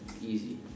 Easy